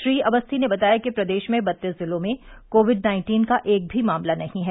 श्री अवस्थी ने बताया कि प्रदेश में बत्तीस जिलों में कोविड नाइन्टीन का एक भी मामला नहीं है